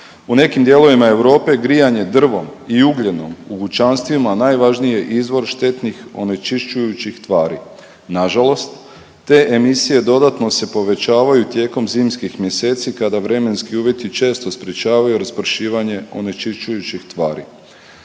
U nekim dijelovima Europe grijanje drvom i ugljenom u kućanstvima najvažniji je izvor štetnih onečišćujućih tvari. Na žalost, te emisije dodatno se povećavaju tijekom zimskih mjeseci kada vremenski uvjeti često sprječavaju raspršivanje onečišćujućih tvari.